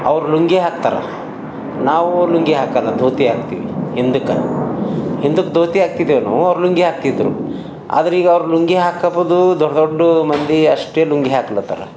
ಅವ್ರು ಲುಂಗಿ ಹಾಕ್ತಾರ ನಾವು ಲುಂಗಿ ಹಾಕಲ್ಲಾ ಧೋತಿ ಹಾಕ್ತೀವಿ ಹಿಂದಕ್ಕ ಹಿಂದಕ್ಕ ಧೋತಿ ಹಾಕ್ತಿದ್ದೇವು ನಾವು ಅವ್ರು ಲುಂಗಿ ಹಾಕ್ತಿದ್ರು ಆದ್ರೆ ಈಗ ಅವ್ರು ಲುಂಗಿ ಹಾಕೋಪ್ದು ದೊಡ್ಡ ದೊಡ್ಡ ಮಂದಿ ಅಷ್ಟೆ ಲುಂಗಿ ಹಾಕ್ಲತ್ತಾರ